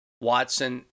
Watson